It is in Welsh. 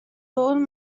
fôn